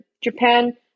Japan